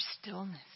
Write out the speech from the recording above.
stillness